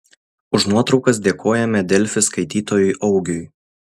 už nuotraukas dėkojame delfi skaitytojui augiui